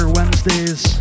Wednesdays